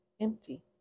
empty